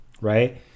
right